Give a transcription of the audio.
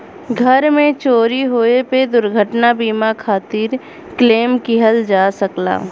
घर में चोरी होये पे दुर्घटना बीमा खातिर क्लेम किहल जा सकला